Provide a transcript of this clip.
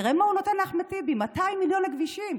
תראה מה הוא נותן לאחמד טיבי, 200 מיליון לכבישים,